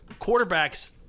quarterbacks—